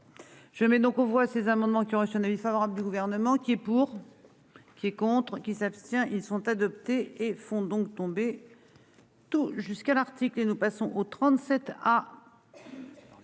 Je mets donc aux voix ces amendements qui ont reçu un avis favorable du gouvernement qui est pour. Qui est contre qui s'abstient. Ils sont adoptés et font donc tomber. Tout jusqu'à l'article et nous passons aux 37.